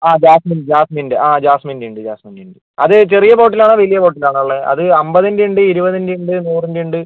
അ jasmine ജാസ്മിൻ്റെ അ ജാസ്മിൻ്റെ ഉണ്ട് ജാസ്മിൻ്റെ ഉണ്ട് അത് ചെറിയ ബോട്ടിൽ ആണോ വലിയ ബോട്ടിൽ ആണോ ഉള്ളത് അത് അൻപതിൻ്റെ ഉണ്ട് ഇരുപതിൻ്റെ ഉണ്ട് നൂറിൻ്റെ ഉണ്ട്